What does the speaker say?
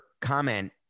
comment